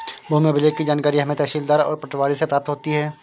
भूमि अभिलेख की जानकारी हमें तहसीलदार और पटवारी से प्राप्त होती है